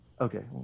Okay